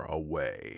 away